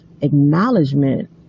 acknowledgement